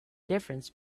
difference